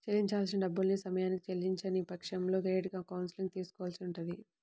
చెల్లించాల్సిన డబ్బుల్ని సమయానికి చెల్లించని పక్షంలో క్రెడిట్ కౌన్సిలింగ్ తీసుకోవాల్సి ఉంటది